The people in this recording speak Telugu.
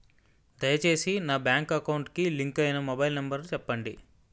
దయచేసి నా బ్యాంక్ అకౌంట్ కి లింక్ అయినా మొబైల్ నంబర్ చెప్పండి